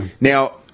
Now